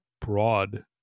broad